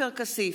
עופר כסיף,